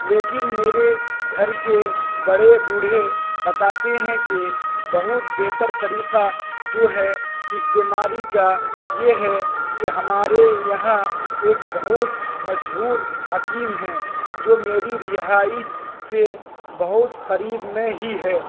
لیکن میرے گھر کے بڑے بوڑھے بتاتے ہیں کہ بہت بہتر طریقہ جو ہے اس بیماری کا یہ ہے کہ ہمارے یہاں ایک بہت مشہور حکیم ہیں جو میری رہائش سے بہت قریب میں ہی ہے